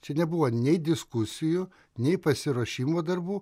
čia nebuvo nei diskusijų nei pasiruošimo darbų